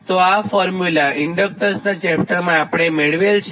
તો આ ફોર્મ્યુલા ઇન્ડક્ટન્સનાં ચેપ્ટરમાં મેળવેલ છે